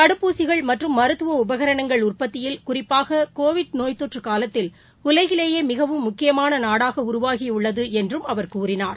தடுப்பூசிகள் மற்றும் மருத்துவஉபகரணங்கள் உற்பத்தியில் குறிப்பாககோவிட் நோய் தொற்றுகாலத்தில் உலகிலேயேமிகவும் முக்கியமானநாடாகஉருவாகியுள்ளதுஎன்றுஅவர் கூறினார்